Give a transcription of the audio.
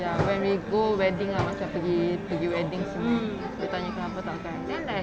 ya when we go wedding macam pergi wedding semua dia tanya kenapa tak pakai then like